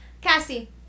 Cassie